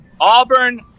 Auburn